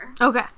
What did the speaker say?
Okay